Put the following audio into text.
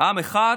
עם אחד,